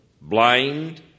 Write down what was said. blind